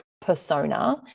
persona